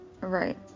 Right